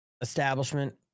Establishment